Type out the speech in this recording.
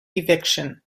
eviction